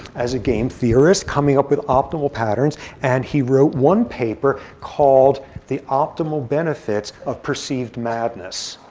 as a game theorist coming up with optimal patterns. and he wrote one paper called the optimal benefits of perceived madness.